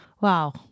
Wow